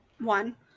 One